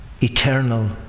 eternal